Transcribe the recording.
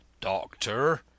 Doctor